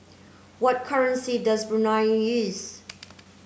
what currency does Brunei use